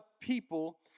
people